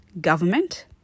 government